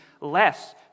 less